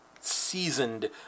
seasoned